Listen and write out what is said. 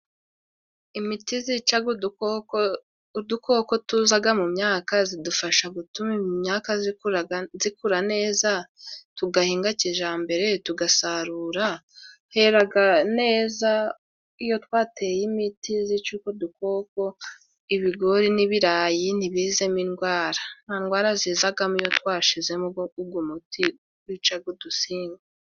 Imiti zicaga udukoko. Udukoko tuzaga mu myaka zidufasha gutuma imyaka zikura neza. Tugahinga kijambere, tugasarura heraga neza iyo twateye imiti yicaga udukoko. Ibigori n'ibirayi, ntibizemo indwara. Ntandwara zizagamo iyo twashizemo ugo muti gwicaga udusimba.